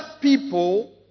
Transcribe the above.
people